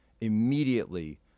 immediately